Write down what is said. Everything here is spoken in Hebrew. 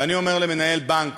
ואני אומר למנהל בנק,